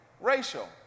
racial